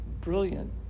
brilliant